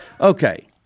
Okay